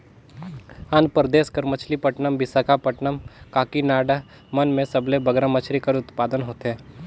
आंध्र परदेस कर मछलीपट्टनम, बिसाखापट्टनम, काकीनाडा मन में सबले बगरा मछरी कर उत्पादन होथे